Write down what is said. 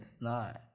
Nine